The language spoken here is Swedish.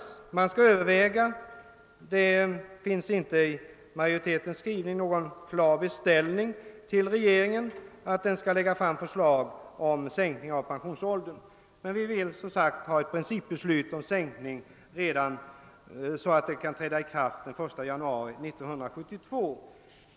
Det sägs att man skall överväga frågan, men det finns inte i majoritetens skrivning någon klar beställning till regeringen av ett förslag om sänkning av pensionsåldern. Vi vill däremot ha ett principbeslut om en sänkning, så att den kan träda i kraft den 1 januari 1972.